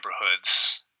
neighborhoods